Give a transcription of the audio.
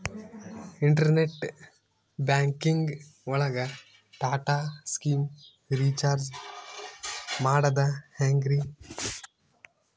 Internet banking ಒಳಗ್ Tata sky recharge ಮಾಡದ್ ಹೆಂಗ್ರೀ?